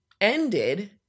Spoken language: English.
ended